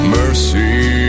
mercy